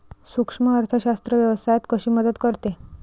सूक्ष्म अर्थशास्त्र व्यवसायात कशी मदत करते?